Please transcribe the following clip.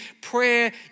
prayer